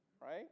right